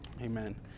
Amen